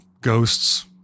ghosts